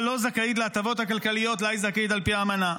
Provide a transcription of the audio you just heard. לא זכאית להטבות הכלכליות שלהן היא זכאית על פי האמנה.